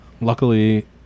luckily